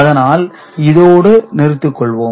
அதனால் இதோடு நிறுத்திக்கொள்ளலாம்